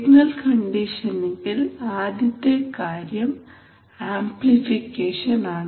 signal കണ്ടീഷനിങിൽ ആദ്യത്തെ കാര്യം ആംപ്ലിഫിക്കേഷനാണ്